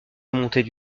remontées